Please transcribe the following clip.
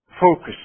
focus